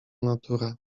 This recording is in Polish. natura